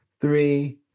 three